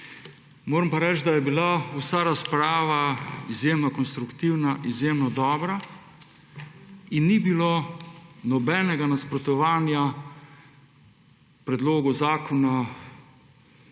Moram pa reči, da je bila vsa razprava izjemno konstruktivna, izjemno dobra in ni bilo nobenega nasprotovanja predlogu zakona